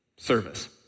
service